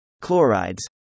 Chlorides